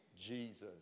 Jesus